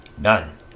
None